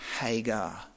Hagar